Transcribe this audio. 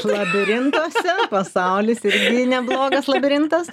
labirintuose pasaulis irgi neblogas labirintas